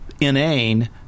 inane